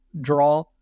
draw